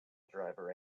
driver